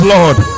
Lord